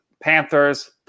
Panthers